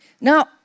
Now